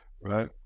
right